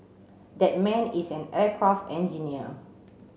that man is an aircraft engineer